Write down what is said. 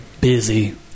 busy